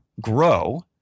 grow